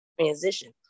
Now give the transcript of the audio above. transition